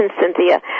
Cynthia